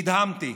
נדהמתי.